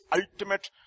ultimate